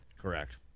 Correct